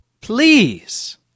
Please